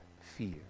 fear